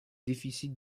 déficits